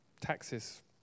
taxes